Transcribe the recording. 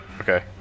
okay